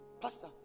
Pastor